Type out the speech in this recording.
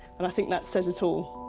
and i think that says it all.